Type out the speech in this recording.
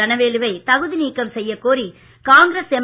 தனவேலு வை தகுதி நீக்கம் செய்யக்கோரி காங்கிரஸ் எம்